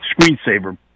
screensaver